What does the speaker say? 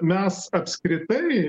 mes apskritai